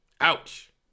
Ouch